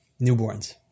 newborns